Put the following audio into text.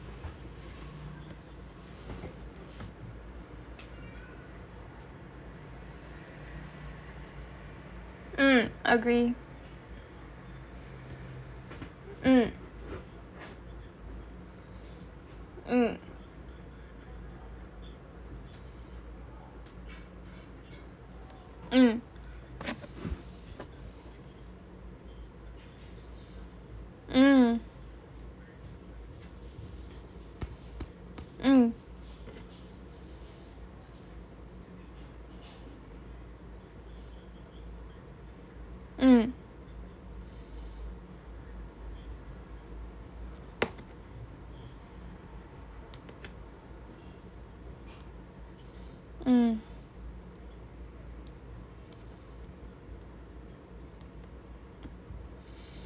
mm agree mmhmm